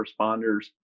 responders